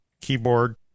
Keyboard